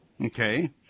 okay